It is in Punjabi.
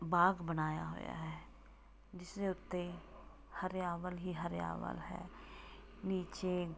ਬਾਗ ਬਣਾਇਆ ਹੋਇਆ ਹੈ ਜਿਸਦੇ ਉੱਤੇ ਹਰਿਆਵਲ ਹੀ ਹਰਿਆਵਲ ਹੈ ਨੀਚੇ